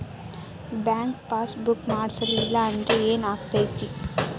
Bank passbook ಮಾಡಲಿಲ್ಲ ಅಂದ್ರೆ ಏನ್ ಆಗ್ತೈತಿ?